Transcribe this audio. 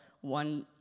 one